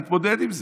אני אתמודד עם זה,